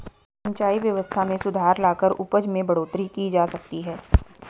सिंचाई व्यवस्था में सुधार लाकर उपज में बढ़ोतरी की जा सकती है